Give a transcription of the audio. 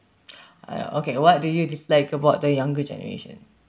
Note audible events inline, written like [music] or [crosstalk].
[breath] uh okay what do you dislike about the younger generation